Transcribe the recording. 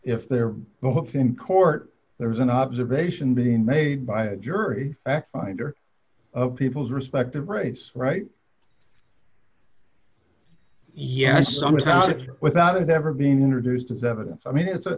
if they're both in court there's an observation being made by a jury x finder of people's respective race right yeah sometimes without ever being introduced as evidence i mean it's a